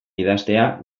idaztea